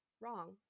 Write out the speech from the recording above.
wrong